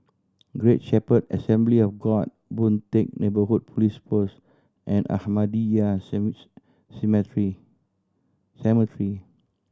Great Shepherd Assembly of God Boon Teck Neighbourhood Police Post and Ahmadiyya seems Cemetery